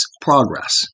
progress